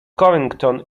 covington